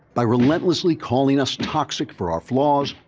by relentlessly calling us toxic for our flaws,